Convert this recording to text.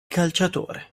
calciatore